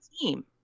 team